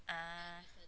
ah